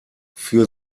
für